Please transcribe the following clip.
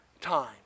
time